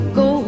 go